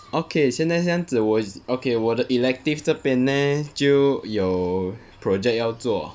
okay 现在这样子我 okay 我的 elective 这边 leh 就有 project 要做